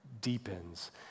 deepens